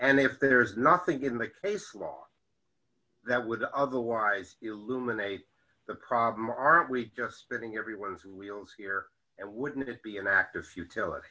and if there is nothing in the case law that would otherwise illuminates the problem are we just spinning everyone's wheels here and wouldn't it be an act of futility